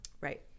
Right